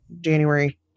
January